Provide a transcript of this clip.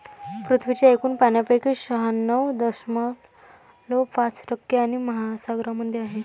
पृथ्वीच्या एकूण पाण्यापैकी शहाण्णव दशमलव पाच टक्के पाणी महासागरांमध्ये आहे